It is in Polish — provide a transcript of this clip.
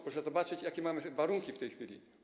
Proszę zobaczyć, jakie mamy warunki w tej chwili.